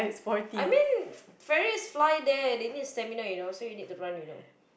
I mean very fly there so you need stamina you know so you need to run you know